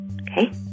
okay